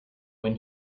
when